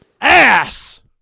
ass